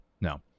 no